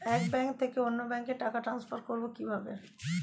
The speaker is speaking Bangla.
এক ব্যাংক থেকে অন্য ব্যাংকে টাকা ট্রান্সফার করবো কিভাবে?